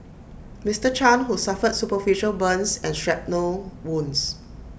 Mister chan who suffered superficial burns and shrapnel wounds